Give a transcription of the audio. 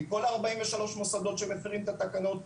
מכל 43 המוסדות שמפרים את התקנות,